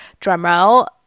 drumroll